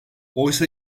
oysa